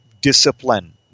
discipline